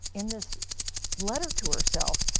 in this letter to herself,